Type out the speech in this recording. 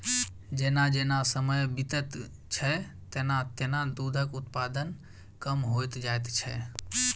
जेना जेना समय बीतैत छै, तेना तेना दूधक उत्पादन कम होइत जाइत छै